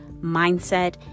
mindset